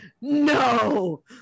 no